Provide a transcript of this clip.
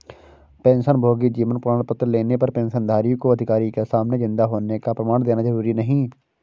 पेंशनभोगी जीवन प्रमाण पत्र लेने पर पेंशनधारी को अधिकारी के सामने जिन्दा होने का प्रमाण देना जरुरी नहीं